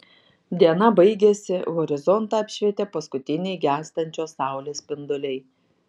diena baigėsi horizontą apšvietė paskutiniai gęstančios saulės spinduliai